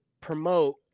promote